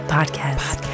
Podcast